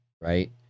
right